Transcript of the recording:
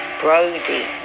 Brody